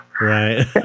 Right